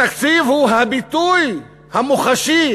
התקציב הוא הביטוי המוחשי